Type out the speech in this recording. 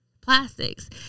plastics